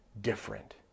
different